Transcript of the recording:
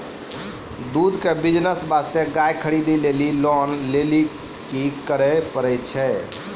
दूध के बिज़नेस वास्ते गाय खरीदे लेली लोन लेली की करे पड़ै छै?